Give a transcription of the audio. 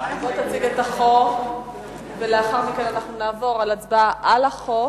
תציג את החוק ולאחר מכן נעבור להצבעה על החוק.